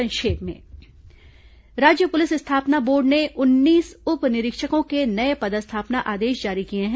संक्षिप्त समाचार राज्य पुलिस स्थापना बोर्ड ने उन्नीस उप निरीक्षकों के नए पदस्थापना आदेश जारी किए हैं